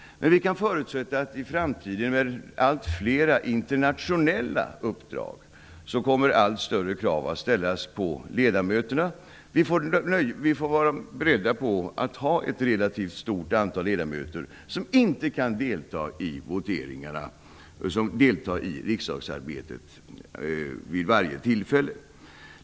Men vi kan förutsätta att i framtiden då det kommer att finnas allt fler internationella uppdrag, kommer allt större krav att ställas på ledamöterna. Vi får vara beredda på att ett relativt stort antal ledamöter inte kan delta i voteringarna eller delta i riksdagsarbetet vid varje tillfälle.